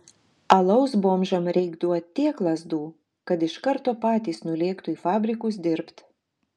alaus bomžam reik duot tiek lazdų kad iš karto patys nulėktų į fabrikus dirbt